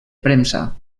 premsa